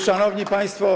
Szanowni Państwo!